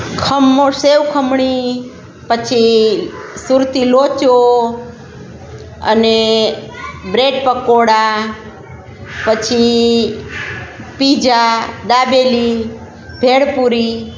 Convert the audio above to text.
ખમણ સેવ ખમણી પછી સુરતી લોચો અને બ્રેડ પકોડા પછી પીઝા દાબેલી ભેળ પૂરી